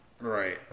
Right